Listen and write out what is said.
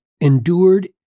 endured